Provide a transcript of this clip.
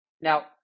Now